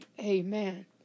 Amen